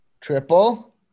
triple